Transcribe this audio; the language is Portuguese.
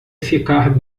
ficar